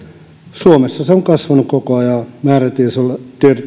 suomessa se on kasvanut koko ajan määrätietoisella